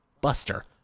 Buster